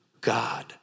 God